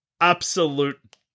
absolute